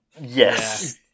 Yes